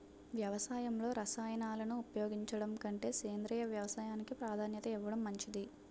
వ్యవసాయంలో రసాయనాలను ఉపయోగించడం కంటే సేంద్రియ వ్యవసాయానికి ప్రాధాన్యత ఇవ్వడం మంచిది